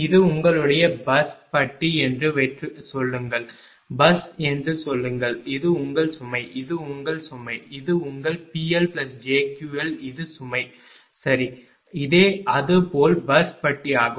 இது உங்களுடைய பஸ் பட்டி என்று சொல்லுங்கள் பஸ் என்று சொல்லுங்கள் இது உங்கள் சுமை இது உங்கள் சுமை இது உங்கள் PLjQL இது சுமை சரி இது அதே பஸ் பட்டியாகும்